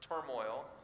turmoil